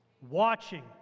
watching